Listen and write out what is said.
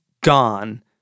gone